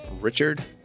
Richard